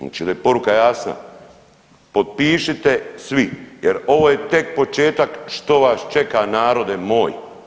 Znači da je poruka jasna, potpišite svi jer ovo je tek početak što vas čeka narode moj.